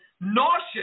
nauseous